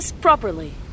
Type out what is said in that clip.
properly